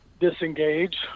disengage